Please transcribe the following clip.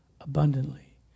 abundantly